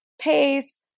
pace